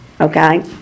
Okay